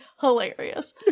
hilarious